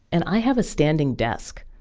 and i have a standing desk,